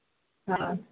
ہاں